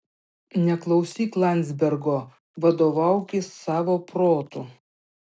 neklausyk landzbergo vadovaukis savo protu